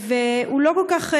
הוא לא כל כך,